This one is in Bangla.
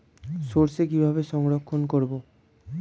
সরষে কিভাবে সংরক্ষণ করব?